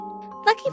Lucky